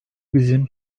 bizim